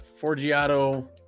Forgiato